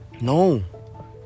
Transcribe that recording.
No